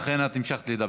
לכן את המשכת לדבר.